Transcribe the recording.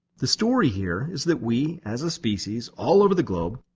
the story here is that we, as a species, all over the globe,